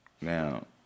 Now